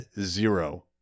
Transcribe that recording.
zero